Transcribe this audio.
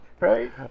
Right